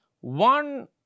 One